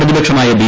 പ്രതിപക്ഷമായ ബി